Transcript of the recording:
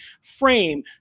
frame